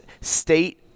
state